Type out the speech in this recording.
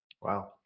Wow